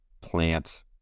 plant